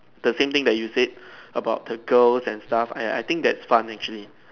the same thing that you said about the girls and stuff I I think that's fun actually